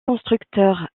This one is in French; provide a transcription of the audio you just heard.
constructeurs